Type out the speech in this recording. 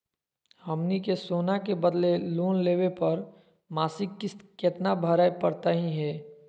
हमनी के सोना के बदले लोन लेवे पर मासिक किस्त केतना भरै परतही हे?